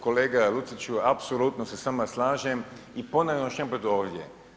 Kolega Luciću, apsolutno se s vama slažem i ponavljam još jedan put ovdje.